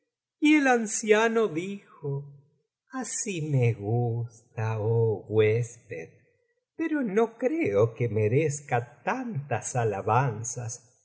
y el anciano dijo así me gusta oh huésped pero no creo que merezca tantas alabanzas